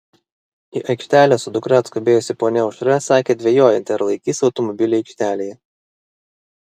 į aikštelę su dukra atskubėjusi ponia aušra sakė dvejojanti ar laikys automobilį aikštelėje